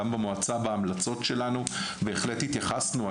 גם במועצה בהמלצות שלנו בהחלט התייחסנו.